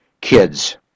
kids